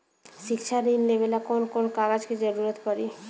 शिक्षा ऋण लेवेला कौन कौन कागज के जरुरत पड़ी?